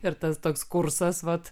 ir tas toks kursas vat